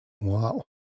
Wow